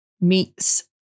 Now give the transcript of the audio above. meets